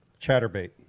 chatterbait